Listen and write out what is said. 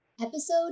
Episode